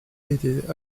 était